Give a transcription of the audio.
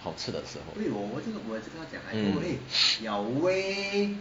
好吃的时候 mm